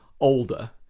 older